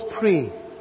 pray